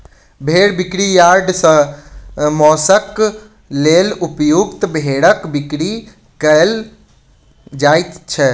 भेंड़ बिक्री यार्ड सॅ मौंसक लेल उपयुक्त भेंड़क बिक्री कयल जाइत छै